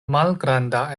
malgranda